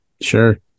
sure